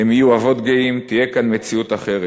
הם יהיו אבות גאים, תהיה כאן מציאות אחרת.